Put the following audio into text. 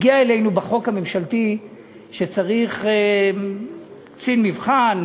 שהגיע אלינו החוק הממשלתי שצריך קצין מבחן,